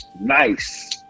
nice